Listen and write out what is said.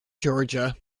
georgia